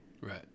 Right